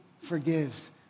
forgives